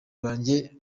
banjye